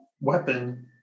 weapon